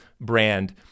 brand